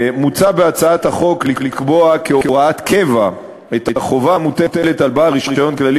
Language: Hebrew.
מוצע בהצעת החוק לקבוע כהוראת קבע את החובה המוטלת על בעל רישיון כללי